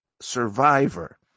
Survivor